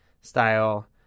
style